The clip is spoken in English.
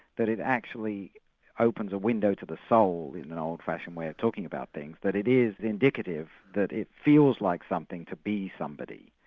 that it actually opens a window to the soul, in an old-fashioned way of talking about things, but it is indicative that it feels like something to be somebody.